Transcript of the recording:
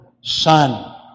son